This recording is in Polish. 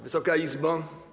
Wysoka Izbo!